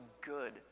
good